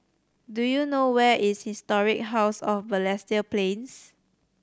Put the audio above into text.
do you know where is Historic House of Balestier Plains